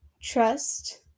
Trust